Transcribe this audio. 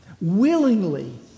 willingly